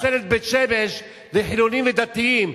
לפצל את בית-שמש לחילונים ודתיים,